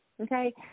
okay